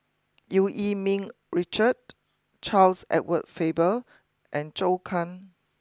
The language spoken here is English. Eu Yee Ming Richard Charles Edward Faber and Zhou can